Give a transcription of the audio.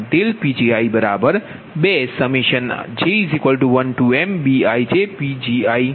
તો આ ખરેખર તમારી 2 શરતો છે